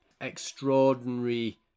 extraordinary